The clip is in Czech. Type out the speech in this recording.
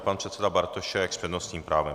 Pan předseda Bartošek s přednostním právem.